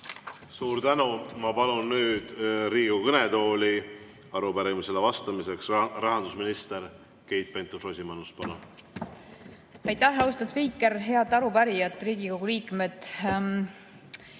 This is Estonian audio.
Suur tänu! Ma palun nüüd Riigikogu kõnetooli arupärimisele vastamiseks rahandusminister Keit Pentus-Rosimannuse. Palun! Aitäh, austatud spiiker! Head arupärijad, Riigikogu liikmed!